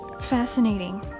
fascinating